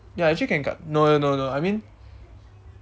ya actually can cut no no no no I mean